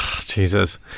Jesus